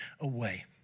away